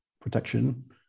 protection